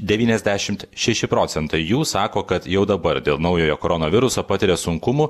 devyniasdešimt šeši procentai jų sako kad jau dabar dėl naujojo koronaviruso patiria sunkumų